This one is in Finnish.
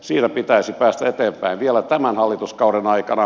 siinä pitäisi päästä eteenpäin vielä tämän hallituskauden aikana